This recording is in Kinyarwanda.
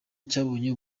cyabonye